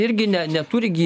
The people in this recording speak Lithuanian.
irgi ne neturi gi